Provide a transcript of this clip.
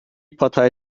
partei